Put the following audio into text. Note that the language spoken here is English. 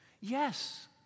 Yes